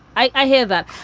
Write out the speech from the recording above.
i hear that.